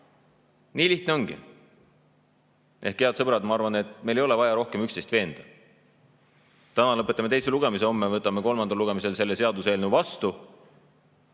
Nii lihtne ongi. Ehk, head sõbrad, ma arvan, et meil ei ole vaja rohkem üksteist veenda. Täna lõpetame teise lugemise, homme võtame kolmandal lugemisel selle seaduseelnõu vastu.